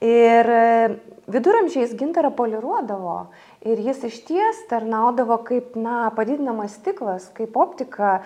ir viduramžiais gintarą poliruodavo ir jis išties tarnaudavo kaip na padidinamas stiklas kaip optika